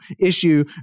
issue